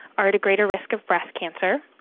are at a greater risk of breast cancer.